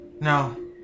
No